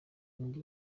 indi